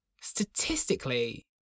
statistically